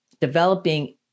developing